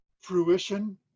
fruition